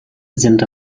sind